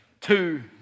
two